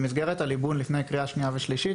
במסגרת הליבון לפני קריאה שנייה ושלישית,